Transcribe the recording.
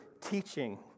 teaching